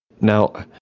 Now